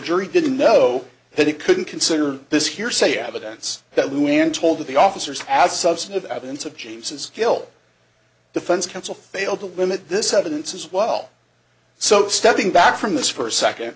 jury didn't know that it couldn't consider this hearsay evidence that luanne told the officers as substantive evidence of james's guilt defense counsel failed to limit this evidence as well so stepping back from this for a second